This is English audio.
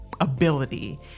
ability